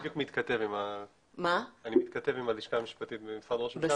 אני בדיוק מתכתב עם הלשכה המשפטית במשרד ראש הממשלה.